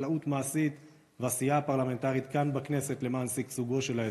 חקלאות מעשית ועשייה פרלמנטרית כאן בכנסת למען שגשוגו של האזור.